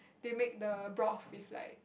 they make the broth with like